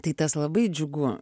tai tas labai džiugu